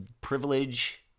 privilege